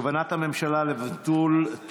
כוונת הממשלה לבטל את